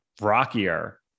rockier